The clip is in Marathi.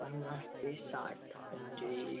पन्नास ते साठ म्हणजे